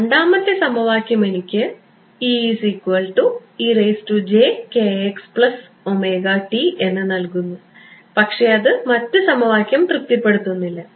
രണ്ടാമത്തെ സമവാക്യം എനിക്ക് എന്ന് നൽകുന്നു പക്ഷേ അത് മറ്റു സമവാക്യം തൃപ്തിപ്പെടുത്തുന്നില്ല